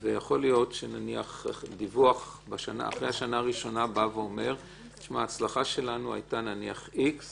יכול להיות שדיווח אחרי השנה הראשונה אומר שההצלחה שלנו הייתה איקס